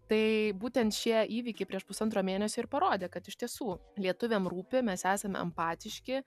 tai būtent šie įvykiai prieš pusantro mėnesio ir parodė kad iš tiesų lietuviam rūpi mes esame empatiški